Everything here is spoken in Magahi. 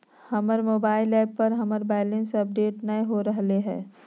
हमर मोबाइल ऐप पर हमर बैलेंस अपडेट नय हो रहलय हें